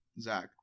Zach